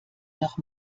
noch